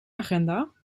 agenda